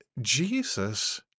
Jesus